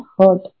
hurt